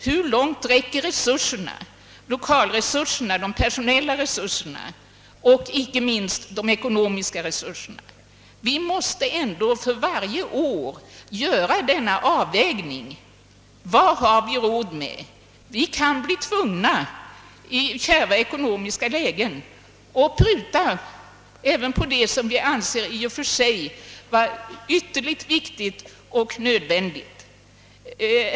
Hur långt räcker resurserna — lokaloch personalresurser och inte minst de ekonomiska resurserna? Vi måste ändå för varje år göra en avvägning och fastställa vad vi har råd med. Vi kan bli tvungna att i kärva ekonomiska lägen pruta även på det som vi anser vara i och för sig ytterst viktigt och nödvändigt.